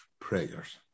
prayers